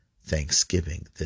thanksgiving